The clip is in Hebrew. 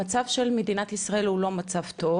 המצב של מדינת ישראל הוא לא מצב טוב.